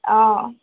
অঁ